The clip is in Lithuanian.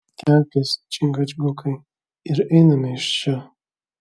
kelkis čingačgukai ir einame iš čia